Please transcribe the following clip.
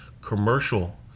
commercial